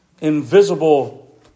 invisible